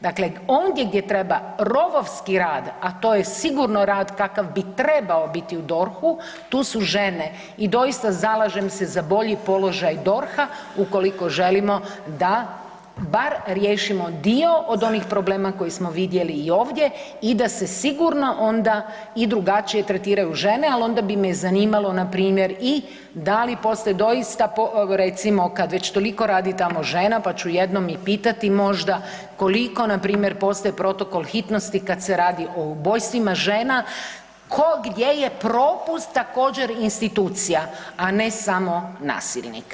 Dakle, ondje gdje treba rovovski rad, a to je sigurno rad kakav bi trebao biti u DORH-u tu su žene i doista zalažem se za bolji položaj DORH-a ukoliko želimo da bar riješimo dio od onih problema koji smo vidjeli i ovdje i da se sigurno onda i drugačije tretiraju žene ali onda bi me i zanimalo npr. i da li postoje doista recimo kad već toliko radi žena pa ću jednom i pitati možda koliko npr. postoji protokol hitnosti kad se radi o ubojstvima žena, ko gdje je propust također institucija, a ne samo nasilnik.